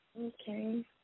Okay